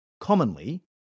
Commonly